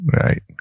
right